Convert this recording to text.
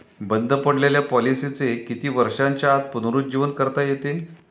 बंद पडलेल्या पॉलिसीचे किती वर्षांच्या आत पुनरुज्जीवन करता येते?